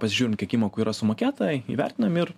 pasižiūrim kiek įmokų yra sumokėta įvertinam ir